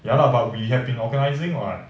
ya lah but we have been organizing [what]